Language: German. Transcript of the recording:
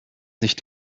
nicht